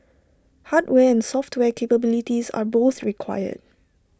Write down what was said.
hardware and software capabilities are both required